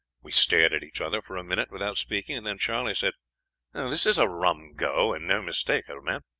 we stared at each other for a minute without speaking, and then charley said this is a rum go, and no mistake, old man